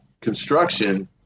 construction